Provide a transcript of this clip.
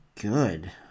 good